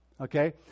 okay